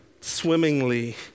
swimmingly